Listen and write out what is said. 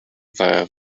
via